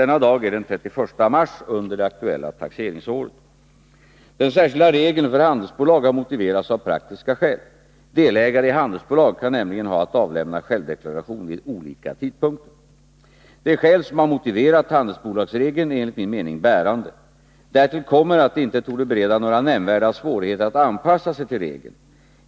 Denna dag är den 31 mars under det aktuella taxeringsåret. Den särskilda regeln för handelsbolag har motiverats av praktiska skäl. Delägare i handelsbolag kan nämligen ha att avlämna självdeklaration vid olika tidpunkter. Det skäl som har motiverat handelsbolagsregeln är enligt min mening bärande. Därtill kommer att det inte torde bereda några nämnvärda svårigheter att anpassa sig till regeln.